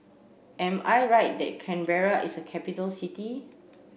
am I right that Canberra is a capital city